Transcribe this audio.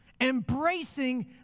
embracing